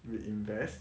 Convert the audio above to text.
you invest